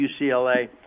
UCLA